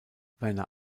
werner